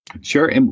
Sure